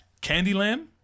Candyland